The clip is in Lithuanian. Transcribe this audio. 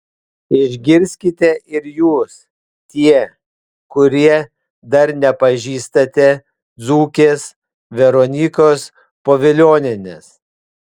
išgirskite ir jūs tie kurie dar nepažįstate dzūkės veronikos povilionienės